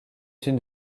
une